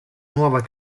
nuova